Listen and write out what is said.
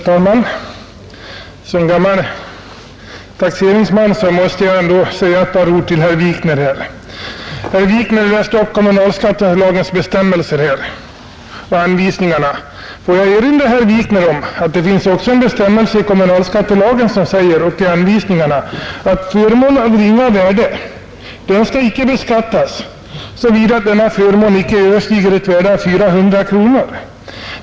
Herr talman! Som gammal taxeringsman måste jag säga ett par ord till herr Wikner. Herr Wikner läste ur kommunalskattelagens bestämmelser och anvisningarna till den. Jag vill erinra herr Wikner om att det också finns en bestämmelse i kommunalskattelagen och i anvisningarna som säger att förmån av ringa värde icke skall beskattas, såvida denna förmån icke överstiger ett värde av 400 kronor.